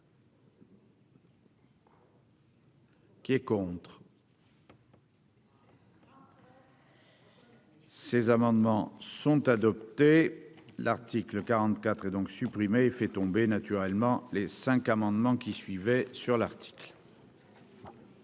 suppression. Ces amendements sont adoptés, l'article 44 et donc supprimer fait tomber naturellement les cinq amendements qui suivaient sur l'article.